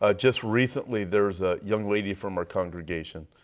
ah just recently there was a young lady from our congregation,